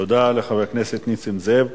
תודה לחבר הכנסת נסים זאב.